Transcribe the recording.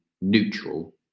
neutral